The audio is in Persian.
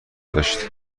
گذشت